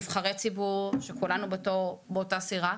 נבחרי ציבור שכולנו באותה סירה,